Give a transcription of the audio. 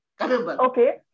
Okay